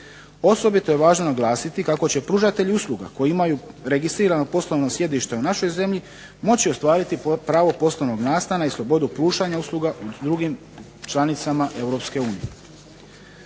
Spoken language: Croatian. Osobito je važno naglasiti kako će pružatelji usluga koji imaju registrirano poslovno sjedište u našoj zemlji moći ostvariti pravo poslovnog nastana i slobodu pružanja usluga s drugim članicama